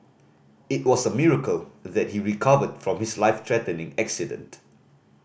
it was a miracle that he recovered from his life threatening accident